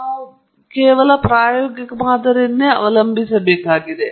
ನಾವು ಆಯ್ಕೆ ಮಾಡಬೇಕು ನಾವು ಪ್ರಾಯೋಗಿಕ ಮಾದರಿಯನ್ನು ಅವಲಂಬಿಸಬೇಕಾಗಿದೆ